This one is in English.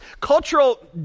Cultural